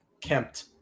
kempt